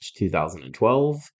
2012